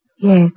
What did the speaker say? Yes